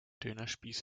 dönerspieß